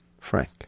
Frank